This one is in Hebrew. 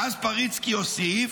ואז פריצקי הוסיף: